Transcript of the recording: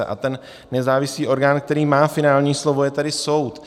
A ten nezávislý orgán, který má finální slovo, je tady soud.